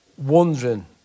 Wondering